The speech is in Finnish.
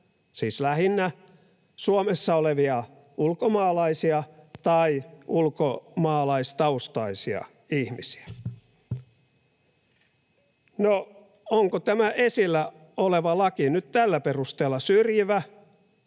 siis lähinnä — Suomessa olevia ulkomaalaisia tai ulkomaalaistaustaisia ihmisiä. No, onko tämä esillä oleva laki nyt tällä perusteella syrjivä